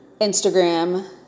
Instagram